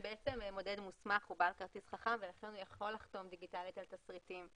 מודד מוסמך הוא בעל כרטיס חכם ולכן הוא יכול לחתום דיגיטלית על תשריטים.